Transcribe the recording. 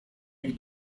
ich